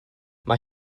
mae